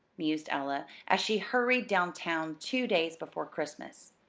mused ella, as she hurried downtown two days before christmas,